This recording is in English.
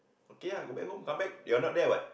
okay ah go back home come back you're not there what